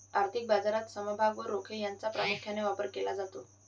आर्थिक बाजारात समभाग व रोखे यांचा प्रामुख्याने व्यापार केला जातो